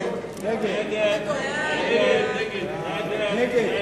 הודעת הוועדה לזכויות הילד על רצונה להחיל דין